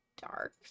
dark